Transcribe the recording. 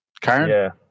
Karen